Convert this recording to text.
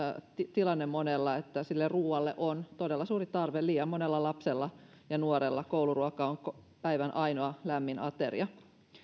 tilanne monella että sille ruoalle on todella suuri tarve liian monella lapsella ja nuorella kouluruoka on päivän ainoa lämmin ateria